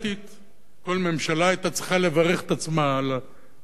כל ממשלה היתה צריכה לברך את עצמה על המחאה הזאת,